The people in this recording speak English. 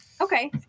Okay